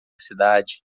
cidade